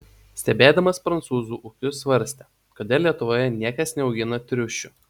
stebėdamas prancūzų ūkius svarstė kodėl lietuvoje niekas neaugina triušių